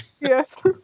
Yes